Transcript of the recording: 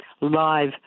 live